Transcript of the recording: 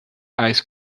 ice